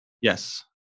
Yes